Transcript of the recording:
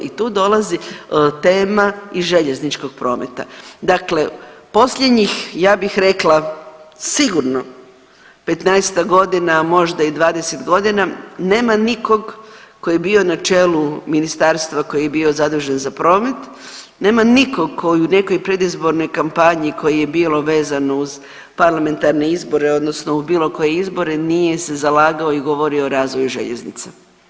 I tu dolazi tema i željezničkog prometa, dakle posljednjih ja bih rekla sigurno petnaestak godina, a možda i 20 godina nema nikog tko je bio na čelu ministarstva koji je bio zadužen za promet, nema nikog tko je u nekoj predizbornoj kampanji koji je bio vezan uz parlamentarne izbore, odnosno u bilo koje izbore nije se zalagao i govorio o razvoju željeznice.